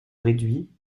réduit